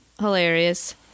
Hilarious